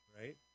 right